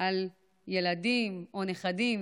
על ילדים או על נכדים,